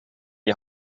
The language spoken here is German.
die